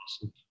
awesome